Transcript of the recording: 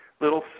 little